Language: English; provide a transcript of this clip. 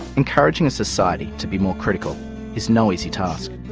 encouraging a society to be more critical is no easy task.